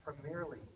primarily